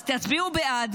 תצביעו בעד,